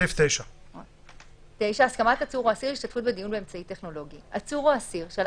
סעיף 9. "הסכמת עצור או אסיר להשתתפות